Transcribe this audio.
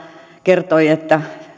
kertoi että